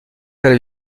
celle